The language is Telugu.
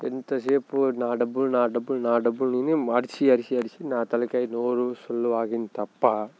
ఎంతసేపు నా డబ్బులు నా డబ్బులు నా డబ్బులు అని అరిచి అరిచి నా తలకాయ నోరు సొల్లు వాగింది తప్ప